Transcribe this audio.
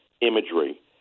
imagery